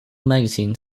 magazine